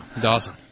Dawson